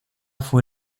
fue